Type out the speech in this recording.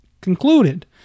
concluded